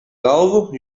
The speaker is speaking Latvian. galvu